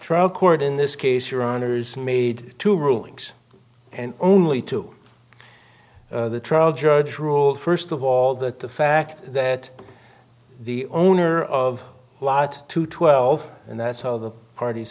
trial court in this case your honour's made two rulings and only two the trial judge ruled first of all that the fact that the owner of a lot to twelve and that's all the parties